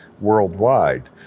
worldwide